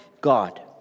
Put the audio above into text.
God